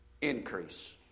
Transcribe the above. increase